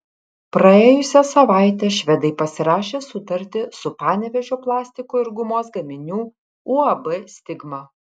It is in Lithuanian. praėjusią savaitę švedai pasirašė sutartį su panevėžio plastiko ir gumos gaminių uab stigma